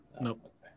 Nope